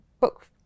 book